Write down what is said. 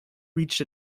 reached